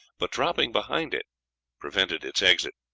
but dropping behind it prevented its exit.